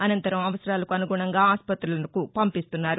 అనంతరం అవసరాలకు అనుగుణంగా ఆస్పతులకు పంపిస్తున్నారు